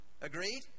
Agreed